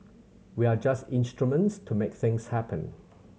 we are just instruments to make things happen